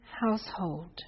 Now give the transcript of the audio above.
household